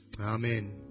Amen